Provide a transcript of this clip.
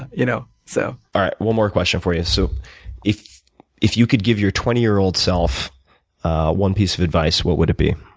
you know so all right, one more more question for you. so if if you could give your twenty year-old self ah one piece of advice, what would it be?